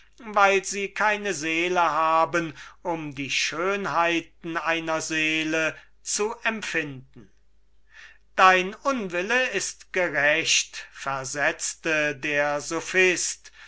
weil sie keine seele haben um die schönheiten einer seele zu empfinden dein unwille ist gerecht versetzte der